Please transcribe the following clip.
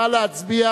נא להצביע.